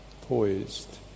poised